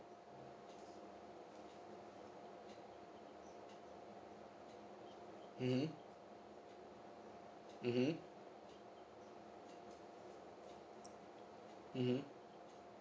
mmhmm mmhmm mmhmm